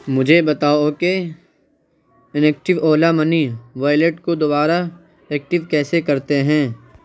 مجھے بتاؤ کہ ان ایکٹیو اولا منی وائلٹ کو دوبارہ ایکٹیو کیسے کرتے ہیں